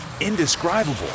indescribable